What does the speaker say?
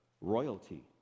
royalty